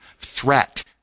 threat